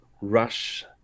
rush